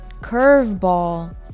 curveball